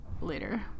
later